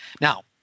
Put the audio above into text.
Now